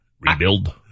rebuild